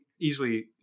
easily